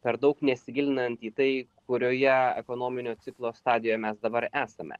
per daug nesigilinant į tai kurioje ekonominio ciklo stadijoje mes dabar esame